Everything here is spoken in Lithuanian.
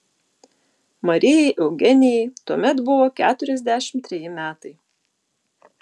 marijai eugenijai tuomet buvo keturiasdešimt treji metai